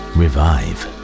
revive